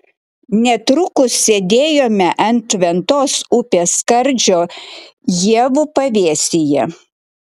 netrukus sėdėjome ant ventos upės skardžio ievų pavėsyje